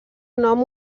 nom